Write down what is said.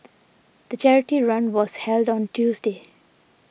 the charity run was held on Tuesday